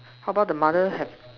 how about the mother have